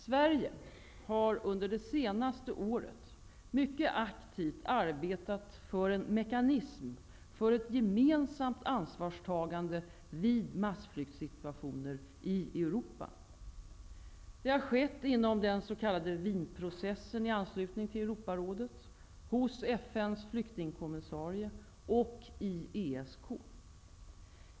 Sverige har under det senaste året mycket aktivt arbetat för en mekanism för ett gemensamt ansvarstagande vid massflyktssituationer i Europa. Det har skett inom den s.k. Wienprocessen i anslutning till Europarådet, hos FN:s flyktingkommissarie och i ESK.